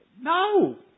No